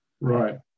Right